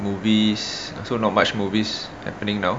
movies also not much movies happening now